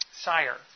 Sire